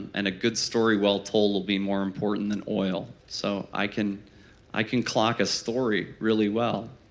and a good story well told will be more important than oil so i can i can clock a story really well.